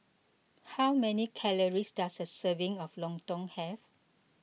how many calories does a serving of Lontong have